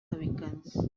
hurricanes